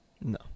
No